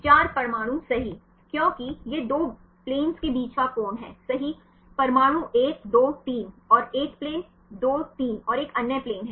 4 परमाणु सही क्योंकि यह 2 प्लेन्स के बीच का कोण है सही परमाणु 1 2 3 और 1 प्लेन 2 3 और एक अन्य प्लेन है